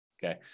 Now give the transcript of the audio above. Okay